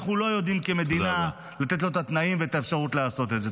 אנחנו לא יודעים לתת לו את התנאים ואת האפשרות לעשות את זה.